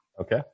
Okay